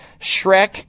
Shrek